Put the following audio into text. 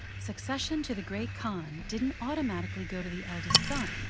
succession to the great khan didn't automatically go to the eldest son,